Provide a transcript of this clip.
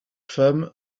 femmes